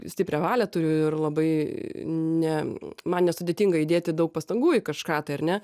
stiprią valią turiu ir labai ne man nesudėtinga įdėti daug pastangų į kažką tai ar ne